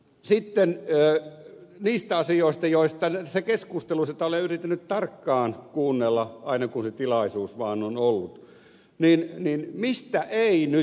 sitten mistä asioista olen yrittänyt tarkkaan kuunnella keskustelua aina kun tilaisuus vaan on ollut ei nyt puhuta